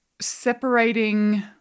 separating